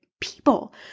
people